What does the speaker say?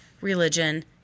religion